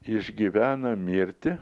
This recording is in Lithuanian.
išgyvena mirtį